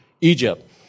Egypt